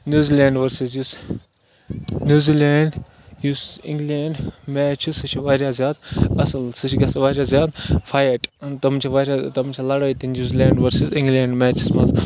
نِو Zealand versus یُس New Zealand یُس England match چھُ سُہ چھُ واریاہ زیادٕ اَصٕل سُہ چھُ گژھِ واریاہ زیادٕ فایِٹ تِم چھِ واریاہ تِم چھِ لَڑٲے نِو زِلینٛڈ ؤرسٕز اِنٛگلینٛڈ میچَس منٛز